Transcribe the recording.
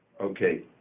Okay